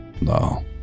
No